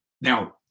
Now